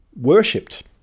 worshipped